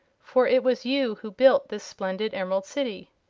for it was you who built this splendid emerald city.